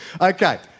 Okay